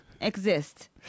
Exist